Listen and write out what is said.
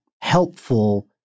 helpful